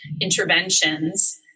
interventions